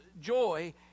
joy